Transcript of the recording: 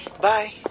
Bye